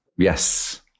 Yes